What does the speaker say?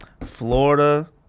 florida